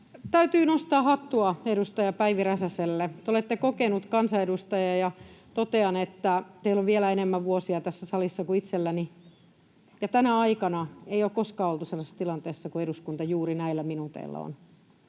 Täytyy nostaa hattua edustaja Päivi Räsäselle. Te olette kokenut kansanedustaja. Totean, että teillä on vielä enemmän vuosia tässä salissa kuin itselläni ja tänä aikana ei ole koskaan oltu sellaisessa tilanteessa kuin eduskunta juuri näillä minuuteilla on.